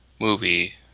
movie